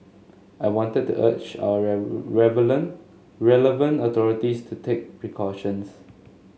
I wanted to urge our relevant authorities to take precautions